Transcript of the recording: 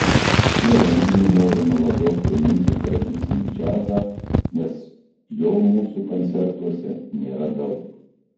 šiuo renginiu norima labiau priminti tradicinį džiazą nes jo mūsų koncertuose nėra daug